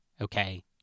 okay